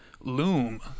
Loom